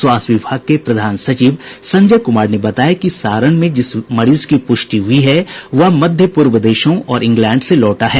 स्वास्थ्य विभाग के प्रधान सचिव संजय कुमार ने बताया कि सारण में जिस मरीज की प्रष्टि हुयी है वह मध्यपूर्व देशों और इंग्लैण्ड से लौटा है